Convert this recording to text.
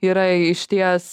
yra išties